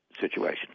situation